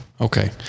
Okay